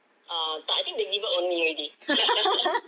uh tak I think they give up on me already